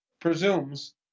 presumes